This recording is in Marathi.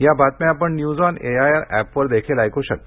या बातम्या आपण न्यूज ऑन एआयआर ऍपवर देखील ऐकू शकता